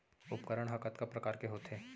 उपकरण हा कतका प्रकार के होथे?